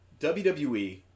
WWE